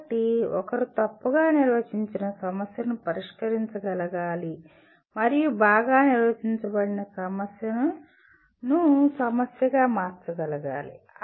కాబట్టి ఒకరు తప్పుగా నిర్వచించిన సమస్యను పరిష్కరించగలగాలి మరియు బాగా నిర్వచించబడిన సమస్యగా మార్చగలగాలి